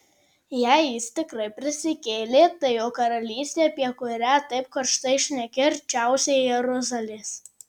jei jis tikrai prisikėlė tai jo karalystė apie kurią taip karštai šneki arčiausiai jeruzalės